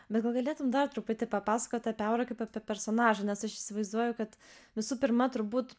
bet gal galėtum dar truputį papasakot apie aurą kaip apie personažą nes aš įsivaizduoju kad visų pirma turbūt